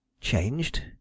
Changed